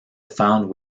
found